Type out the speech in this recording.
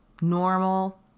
Normal